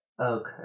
Okay